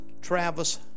Travis